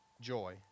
joy